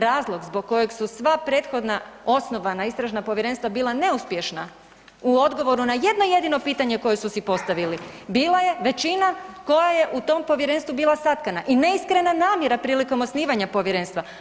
Razlog zbog kojeg su sva prethodna osnovana istražna povjerenstva bila neuspješna u odgovoru na jedno jedino pitanje koje su si postavili bila je većina koja je u tom povjerenstvu bila satkana i neiskrena namjera prilikom osnivanja povjerenstva.